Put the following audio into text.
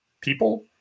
people